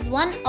one